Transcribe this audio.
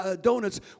donuts